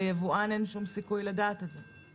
ליבואן אין שום סיכוי לדעת את זה.